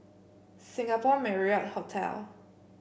Singapore Marriott Hotel